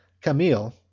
Camille